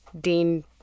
Dean